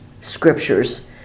scriptures